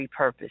repurpose